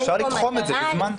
אפשר לתחום את זה בזמן.